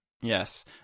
Yes